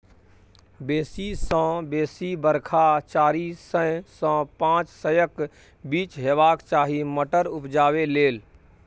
बेसी सँ बेसी बरखा चारि सय सँ पाँच सयक बीच हेबाक चाही मटर उपजाबै लेल